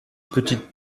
petite